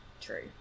true